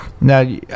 now